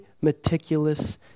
meticulous